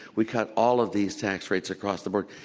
we cut all of these tax rates across the board.